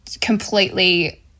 completely